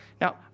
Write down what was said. Now